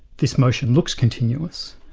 this motion looks continuous,